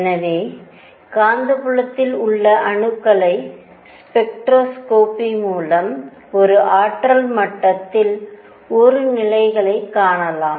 எனவே காந்தப்புலத்தில் உள்ள அணுக்களை ஸ்பெக்ட்ரோஸ்கோபி மூலம் ஒரு ஆற்றல் மட்டத்தில் ஒரு நிலைகளைக் காணலாம்